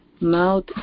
mouth